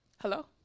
hello